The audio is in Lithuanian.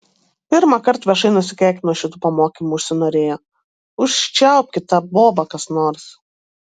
pirmąkart viešai nusikeikt nuo šitų pamokymų užsinorėjo užčiaupkit tą bobą kas nors